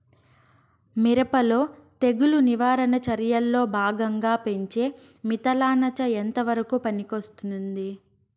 మిరప లో తెగులు నివారణ చర్యల్లో భాగంగా పెంచే మిథలానచ ఎంతవరకు పనికొస్తుంది?